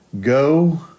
go